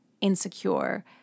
insecure